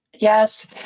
yes